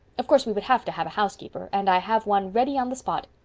of course, we would have to have a housekeeper and i have one ready on the spot.